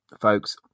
folks